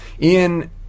Ian